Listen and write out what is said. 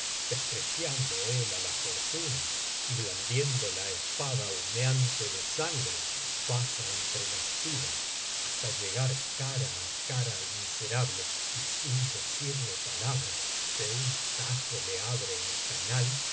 despreciando á la fortuna y blandiendo la espada humeante de sangre pasa entre las filas hasta llegar cara á cara al miserable y sin decirle palabra de un tajo le abre en canal